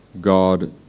God